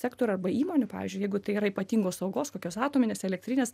sektorių arba įmonių pavyzdžiui jeigu tai yra ypatingos saugos kokios atominės elektrinės